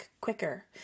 quicker